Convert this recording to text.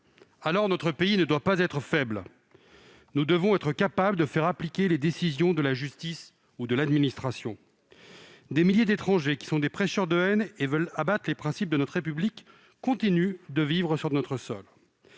Alors, notre pays ne doit pas être faible et nous devons être capables de faire appliquer les décisions judiciaires et administratives. Des milliers d'étrangers qui sont des prêcheurs de haine et veulent abattre les principes de notre République continuent de vivre sur notre sol.